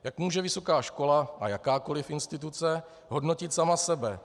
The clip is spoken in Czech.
Jak může vysoká škola a jakákoliv instituce hodnotit sama sebe?